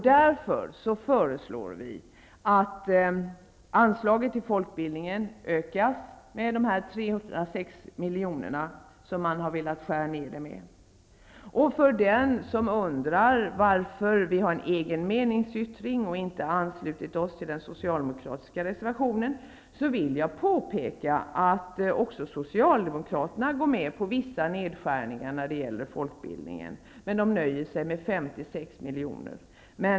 Därför föreslår vi att anslaget till folkbildningen ökas med de 306 miljoner som man har velat skära ned med. För den som undrar varför vi har egen meningsyttring och inte har anslutit oss till den socialdemokratiska reservationen vill jag påpeka att också Socialdemokraterna går med på vissa nedskärningar när det gäller folkbildningen, men de nöjer sig med 56 miljoner.